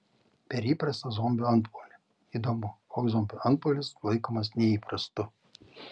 per įprastą zombių antpuolį įdomu koks zombių antpuolis laikomas neįprastu